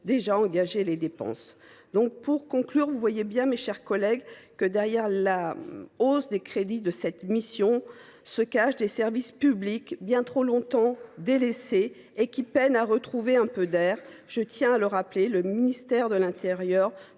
déjà engagé des dépenses. Pour conclure, vous voyez bien, mes chers collègues, que derrière la hausse des crédits de la mission AGTE se cachent des services publics bien trop longtemps délaissés et peinant à retrouver un peu d’air. Je tiens à le rappeler, le domaine d’intervention